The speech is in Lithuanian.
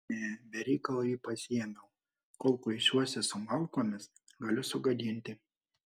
ne be reikalo jį pasiėmiau kol kuisiuosi su malkomis galiu sugadinti